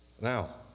now